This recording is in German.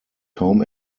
kaum